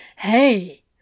Hey